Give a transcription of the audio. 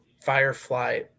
Firefly